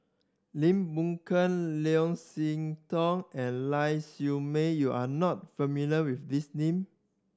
Lim Boon Keng Leo See Tong and Lau Siew Mei you are not familiar with these name